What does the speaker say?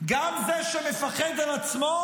גם זה שמפחד על עצמו,